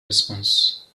response